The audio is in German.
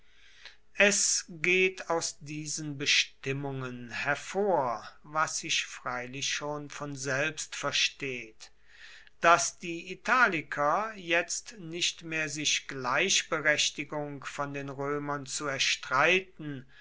es geht aus diesen bestimmungen hervor was sich freilich schon von selbst versteht daß die italiker jetzt nicht mehr sich gleichberechtigung von den römern zu erstreiten